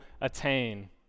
attain